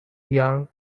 young